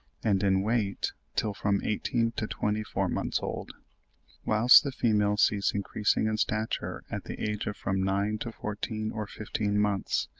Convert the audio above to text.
and in weight till from eighteen to twenty-four months old whilst the females cease increasing in stature at the age of from nine to fourteen or fifteen months,